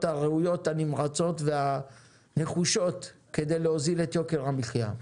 הראויות הנמרצות והנחושות כדי להוזיל את יוקר המחיה.